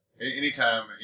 anytime